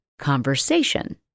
conversation